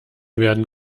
werden